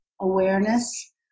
awareness